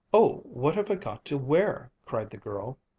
oh, what have i got to wear! cried the girl.